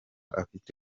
afite